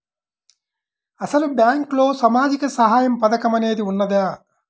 అసలు బ్యాంక్లో సామాజిక సహాయం పథకం అనేది వున్నదా?